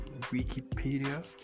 Wikipedia